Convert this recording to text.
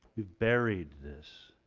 you've buried this